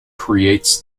creates